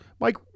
Mike